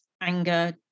anger